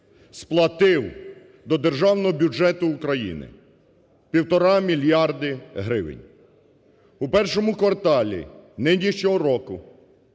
сплатив до Державного бюджету України півтора мільярди гривень. У першому кварталі нинішнього року